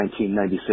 1996